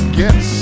guess